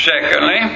secondly